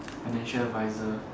financial adviser